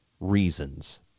reasons